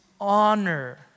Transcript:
honor